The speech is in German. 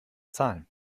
zahlen